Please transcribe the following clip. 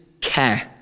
care